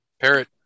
parrot